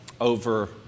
over